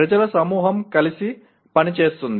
ప్రజల సమూహం కలిసి పనిచేస్తుంది